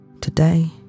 Today